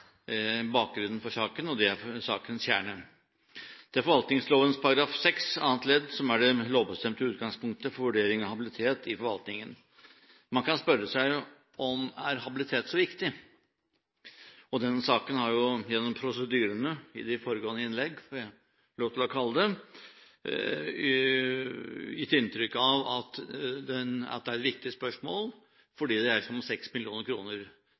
bakgrunnen for saken, og det er sakens kjerne. Det er forvaltningsloven § 6, annet ledd, som er det lovbestemte utgangspunktet for vurdering av habilitet i forvaltningen. Man kan spørre seg om habilitet er så viktig. Denne saken har, gjennom prosedyrene i de foregående innlegg – om jeg får kalle det det – gitt inntrykk av at det er et viktig spørsmål fordi det dreier seg om 6 mill. kr. Det er ikke beløpets størrelse som